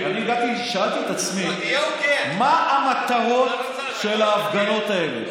שאלתי את עצמי: מה המטרות של ההפגנות האלה?